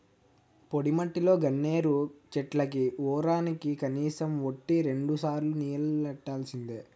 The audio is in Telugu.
పొడిమట్టిలో గన్నేరు చెట్లకి వోరానికి కనీసం వోటి రెండుసార్లు నీల్లెట్టాల్సిందే